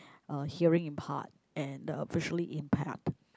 uh hearing impaired and uh visually impaired